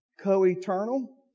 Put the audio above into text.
co-eternal